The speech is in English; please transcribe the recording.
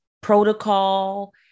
protocol